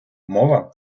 мова